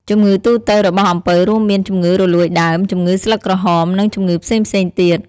ជំងឺទូទៅរបស់អំពៅរួមមាន ជំងឺរលួយដើម ជំងឺស្លឹកក្រហម និងជំងឺផ្សេងៗទៀត។